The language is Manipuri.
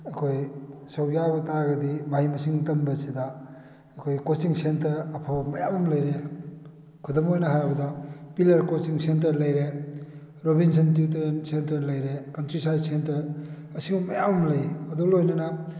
ꯑꯩꯈꯣꯏ ꯁꯔꯨꯛ ꯌꯥꯕ ꯇꯥꯔꯒꯗꯤ ꯃꯍꯩ ꯃꯁꯤꯡ ꯇꯝꯕꯁꯤꯗ ꯑꯩꯈꯣꯏ ꯀꯣꯆꯤꯡ ꯁꯦꯟꯇꯔ ꯑꯐꯕ ꯃꯌꯥꯝ ꯑꯃ ꯂꯩꯔꯦ ꯈꯨꯗꯝ ꯑꯣꯏꯅ ꯍꯥꯏꯔꯕꯗ ꯄꯤꯂꯔ ꯀꯣꯆꯤꯡ ꯁꯦꯟꯇꯔ ꯂꯩꯔꯦ ꯔꯣꯕꯤꯟꯁꯟ ꯇ꯭ꯌꯨꯇꯔꯦꯟ ꯁꯦꯟꯇꯔ ꯂꯩꯔꯦ ꯀꯟꯇ꯭ꯔꯤꯁꯥꯏꯁ ꯁꯦꯟꯇꯔ ꯑꯁꯤꯒꯨꯝꯕ ꯃꯌꯥꯝ ꯑꯃ ꯂꯩ ꯑꯗꯨꯒ ꯂꯣꯏꯅꯅ